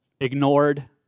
ignored